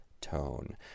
tone